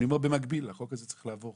אני אומר במקביל , החוק הזה צריך לעבור.